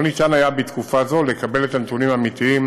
לא היה אפשר בתקופה זו לקבל את הנתונים האמיתיים